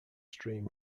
stream